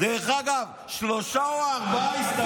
על מה?